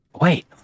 wait